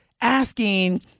asking